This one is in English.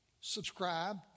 subscribe